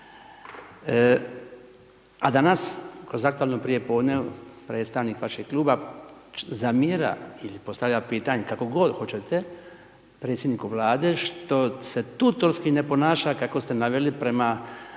A danas kroz aktualno prijepodne, predstavnik vašeg Kluba zamjera ili postavlja pitanje, kako god hoćete, predsjedniku Vlade što se tu turski ne ponaša kako ste naveli prema